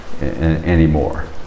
anymore